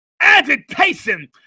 agitation